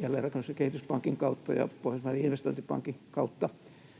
jälleenrakennus- ja kehityspankin kautta ja Pohjoismaiden Investointipankin kautta.